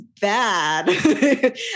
bad